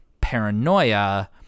paranoia